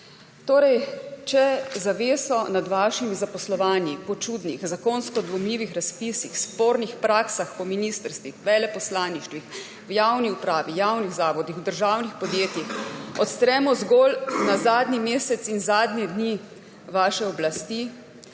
torej zaveso nad vašimi zaposlovanji po čudnih, zakonsko dvomljivih razpisih, spornih praksah po ministrstvih, veleposlaništvih, v javni upravi, javnih zavodih, v državnih podjetjih odstremo zgolj na zadnji mesec in zadnje dni vaše oblasti,